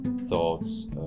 thoughts